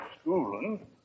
schooling